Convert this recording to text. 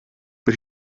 but